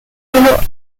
menor